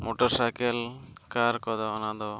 ᱠᱚᱫᱚ ᱚᱱᱟᱫᱚ